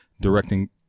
directing